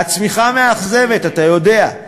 והצמיחה מאכזבת, אתה יודע.